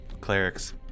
Clerics